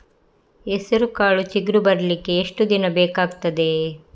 ಹೆಸರುಕಾಳು ಚಿಗುರು ಬರ್ಲಿಕ್ಕೆ ಎಷ್ಟು ದಿನ ಬೇಕಗ್ತಾದೆ?